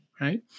right